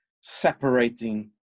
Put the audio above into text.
separating